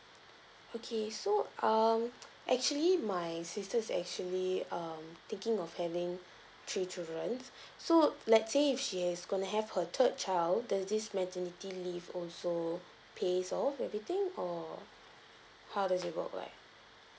okay so um actually my sister is actually um thinking of having three children so let's say if she is going to have her third child that this maternity leave also pay all everything or how does it work like